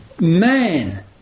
man